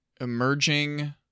emerging